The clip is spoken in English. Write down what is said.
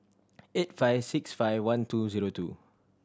eight five six five one two zero two